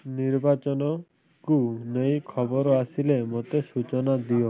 ନିର୍ବାଚନକୁ ନେଇ ଖବର ଆସିଲେ ମୋତେ ସୂଚନା ଦିଅ